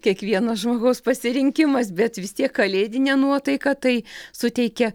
kiekvieno žmogaus pasirinkimas bet vis tiek kalėdinę nuotaiką tai suteikia